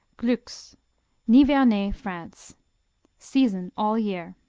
glux nivernais, france season, all year.